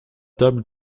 table